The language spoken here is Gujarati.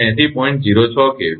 8006 × 100 kV છે